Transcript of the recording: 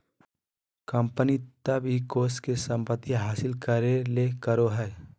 company तब इ कोष के संपत्ति हासिल करे ले करो हइ